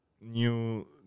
new